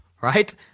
right